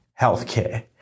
healthcare